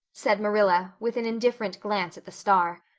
said marilla, with an indifferent glance at the star.